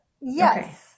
Yes